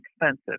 expensive